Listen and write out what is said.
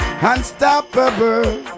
unstoppable